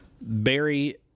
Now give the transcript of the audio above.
Barry